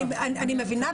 אני מבינה,